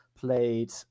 played